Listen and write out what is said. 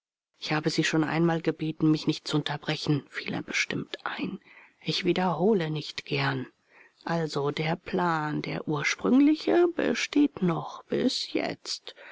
ich habe sie schon einmal gebeten mich nicht zu unterbrechen fiel er bestimmt ein ich wiederhole nicht gern also der plan der ursprüngliche besteht noch bis jetzt